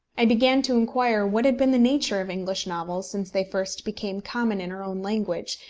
i began to inquire what had been the nature of english novels since they first became common in our own language,